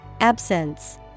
Absence